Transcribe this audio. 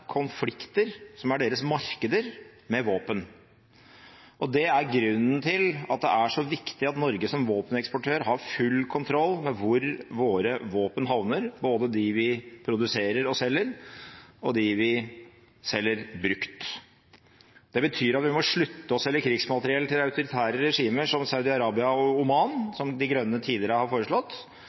konflikter, som er deres markeder, med våpen. Det er grunnen til at det er så viktig at Norge som våpeneksportør har full kontroll med hvor våre våpen havner, både dem vi produserer og selger, og dem vi selger brukt. Det betyr at vi må slutte å selge krigsmateriell til autoritære regimer som Saudi-Arabia og Oman, som De Grønne tidligere har foreslått,